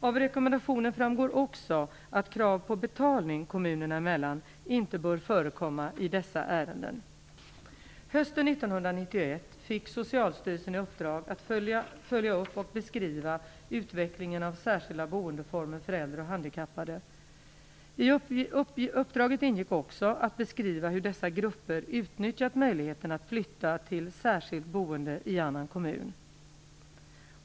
Av rekommendationen framgår också att krav på betalning kommunerna emellan inte bör förekomma i dessa ärenden. Hösten 1991 fick Socialstyrelsen i uppdrag att följa upp och beskriva utvecklingen av särskilda boendeformer för äldre och handikappade. I uppdraget ingick också att beskriva hur dessa grupper utnyttjat möjligheten att flytta till särskilt boende i annan kommun.